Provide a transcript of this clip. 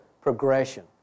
progression